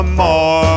more